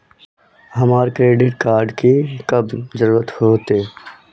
हमरा credit card की कब जरूरत होते?